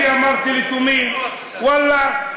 אמרתי לתומי: ואללה,